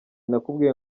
nakubwiye